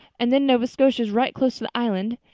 and then nova scotia is right close to the island.